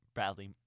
Bradley